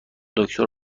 دکتر